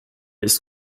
ist